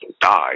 die